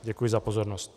Děkuji za pozornost.